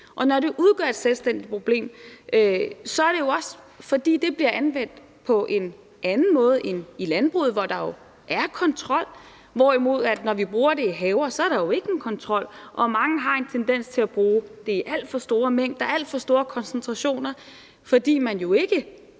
Når det udgør et selvstændigt problem, er det jo også, fordi de bliver anvendt på en anden måde end i landbruget, hvor der er kontrol, hvorimod der ikke er nogen kontrol, når vi bruger det i haver, og mange har en tendens til at bruge det i alt for store mængder, i alt for store koncentrationer, fordi man som